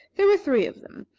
there were three of them,